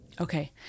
Okay